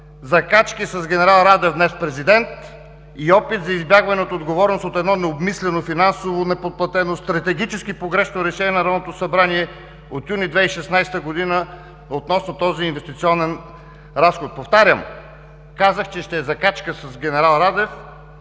закачки с генерал Радев – днес президент, и опит за избягване от отговорност от едно необмислено, финансово неподплатено, стратегически погрешно решение на Народното събрание от месец юни 2016 г. относно този инвестиционен разход. Повтарям, казах, че ще е закачка с генерал Радев